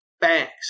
banks